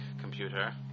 computer